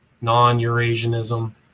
non-Eurasianism